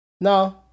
No